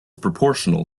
proportional